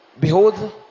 Behold